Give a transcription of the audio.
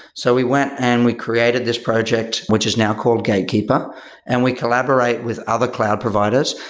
so we went and we created this project, which is now called gatekeeper and we collaborate with other cloud providers.